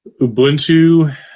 Ubuntu